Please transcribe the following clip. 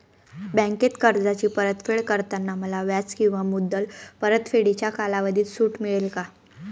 बँकेत कर्जाची परतफेड करताना मला व्याज किंवा मुद्दल परतफेडीच्या कालावधीत सूट मिळेल का?